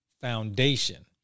foundation